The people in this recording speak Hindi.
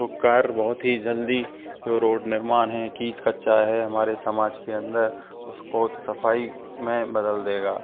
तो कार्य बहुत ही जल्दी जो रोड निर्माण है कीज कच्चा है हमारे समाज के अंदर उसको सफ़ाई में बदल देगा